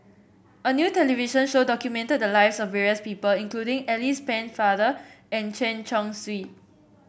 a new television show documented the lives of various people including Alice Pennefather and Chen Chong Swee